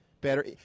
better